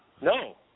No